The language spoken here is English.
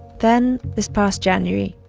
then, this past january,